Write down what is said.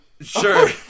Sure